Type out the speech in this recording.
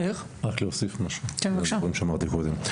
אני רק רוצה להוסיף משהו על מה שאמרתי קודם.